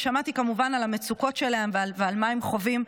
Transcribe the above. ושמעתי כמובן על המצוקות שלהם ומה שהם חווים,